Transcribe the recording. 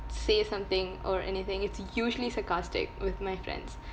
say something or anything it's usually sarcastic with my friends